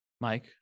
Mike